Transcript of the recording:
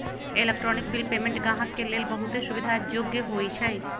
electronic bill payment गाहक के लेल बहुते सुविधा जोग्य होइ छइ